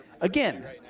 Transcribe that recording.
again